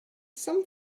some